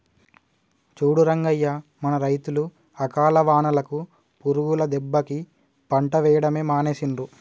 చూడు రంగయ్య మన రైతులు అకాల వానలకు పురుగుల దెబ్బకి పంట వేయడమే మానేసిండ్రు